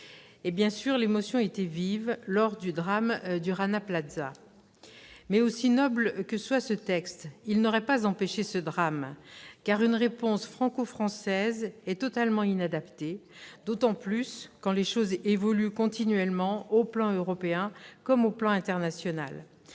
d'émotion. Or l'émotion était vive lors du drame du Rana Plaza ! Aussi noble que soit ce texte, il n'aurait pas empêché un tel drame : une réponse franco-française est totalement inadaptée, surtout quand les choses évoluent continuellement aux plans européen et international.